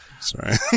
Sorry